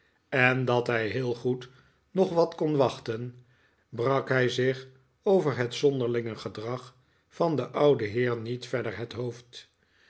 en dat hij heel goed nog wat kon wachten brak hij zich over het zonderlinge gedrag van den ouden heer niet verder het hoofd